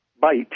bite